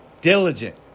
diligent